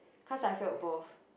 cause I failed both